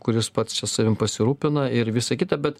kuris pats čia savim pasirūpina ir visa kita bet